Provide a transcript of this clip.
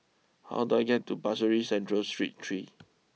how do I get to Pasir Ris Central Street three